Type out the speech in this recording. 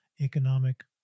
economic